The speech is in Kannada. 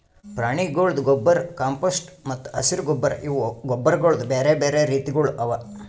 ಪ್ರಾಣಿಗೊಳ್ದು ಗೊಬ್ಬರ್, ಕಾಂಪೋಸ್ಟ್ ಮತ್ತ ಹಸಿರು ಗೊಬ್ಬರ್ ಇವು ಗೊಬ್ಬರಗೊಳ್ದು ಬ್ಯಾರೆ ಬ್ಯಾರೆ ರೀತಿಗೊಳ್ ಅವಾ